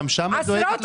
גם להם את דואגת?